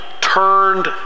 turned